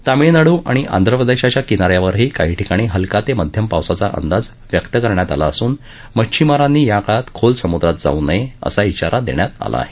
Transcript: तामिळनाडू आणि आंध्रप्रदेशाच्या किनाऱ्यावरही काही ठिकाणी हलका ते मध्यम पावसाचा अंदाज व्यक्त करण्यात आला असून मच्छिमारांनी या काळात खोल समुद्रात जाऊ नये असा इशारा देण्यात आला आहे